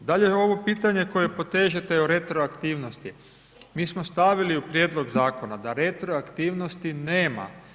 Dal je ovo pitanje koje potežete o retroaktivnosti, mi smo stavili u prijedlog zakona, da retroaktivnosti nema.